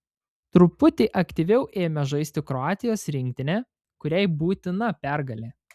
truputį aktyviau ėmė žaisti kroatijos rinktinė kuriai būtina pergalė